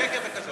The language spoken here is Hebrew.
שקר וכזב.